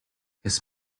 his